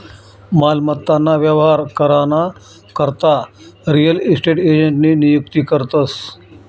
मालमत्ता ना व्यवहार करा ना करता रियल इस्टेट एजंटनी नियुक्ती करतस